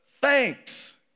thanks